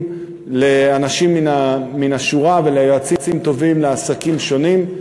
לאנשים מן השורה וכיועצים טובים לעסקים שונים,